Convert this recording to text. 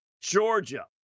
Georgia